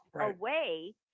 away